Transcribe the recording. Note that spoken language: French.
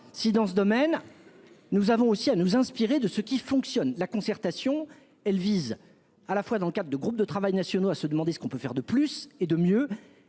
si, dans ce domaine, nous devons aussi nous inspirer de ce qui fonctionne ! La concertation vise, à la fois, dans le cadre de groupes de travail nationaux, à examiner comment faire plus et mieux